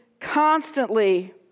constantly